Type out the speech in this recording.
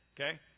okay